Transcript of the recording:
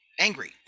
angry